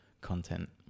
content